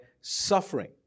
suffering